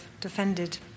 defended